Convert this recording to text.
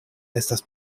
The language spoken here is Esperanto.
estas